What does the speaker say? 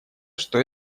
что